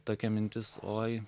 tokia mintis oi